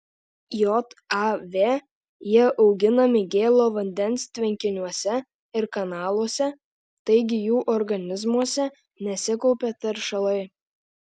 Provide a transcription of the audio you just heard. jav jie auginami gėlo vandens tvenkiniuose ir kanaluose taigi jų organizmuose nesikaupia teršalai